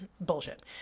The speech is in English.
Bullshit